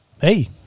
Hey